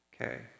okay